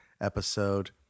episode